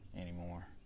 anymore